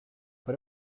but